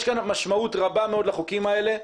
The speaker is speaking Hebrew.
יש כאן משמעות רבה מאוד לחוקים האלה.